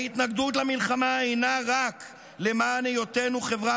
ההתנגדות למלחמה אינה רק למען היותנו חברה